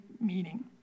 meaning